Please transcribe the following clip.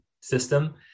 system